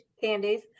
candies